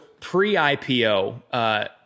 pre-IPO